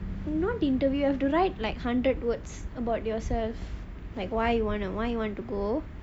not interview you have to write like hundred words about yourself like why you want to why you want to go